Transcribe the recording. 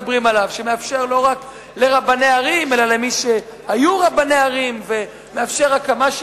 שמאפשר לא רק לרבני ערים אלא גם למי שהיו רבני ערים ומאפשר הקמה,